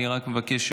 אני רק מבקש,